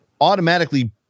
automatically